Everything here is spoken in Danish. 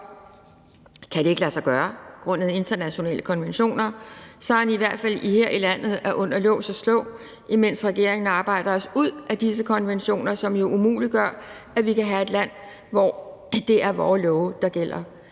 kan det ikke lade sig gøre på grund af internationale konventioner, skal han i hvert fald være under lås og slå her i landet, mens regeringen arbejder os ud af disse konventioner, som umuliggør, at vi kan have et land, hvor det er vores love, der gælder.